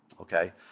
Okay